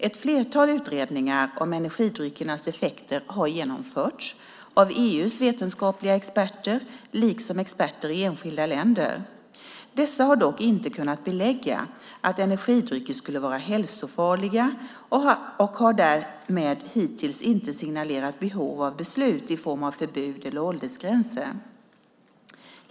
Ett flertal utredningar om energidryckernas effekter har genomförts av EU:s vetenskapliga experter liksom av experter i enskilda länder. Dessa har dock inte kunnat belägga att energidrycker skulle vara hälsofarliga och har därmed hittills inte signalerat behov av beslut i form av förbud eller åldersgränser.